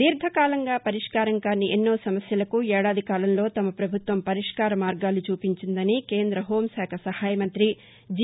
దీర్ఘ కాలంగా పరిష్కారం కాని నోచుకోని ఎన్నో సమస్యలకు ఏడాది కాలంలో తమ ప్రభుత్వం పరిష్కార మార్గాలు చూపించిందని కేంద్ర హోంశాఖ సహాయ మంతి జి